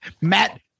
Matt